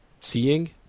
seeing